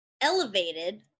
Elevated